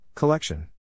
Collection